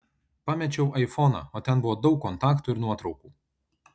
pamečiau aifoną o ten buvo daug kontaktų ir nuotraukų